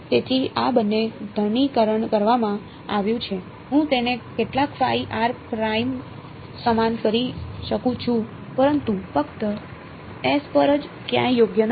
તેથી આ બેને ઘનીકરણ કરવામાં આવ્યું છે હું તેને કેટલાક phi r પ્રાઇમ સમાન કહી શકું છું પરંતુ ફક્ત S પર જ ક્યાંય યોગ્ય નથી